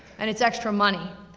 and it's extra money,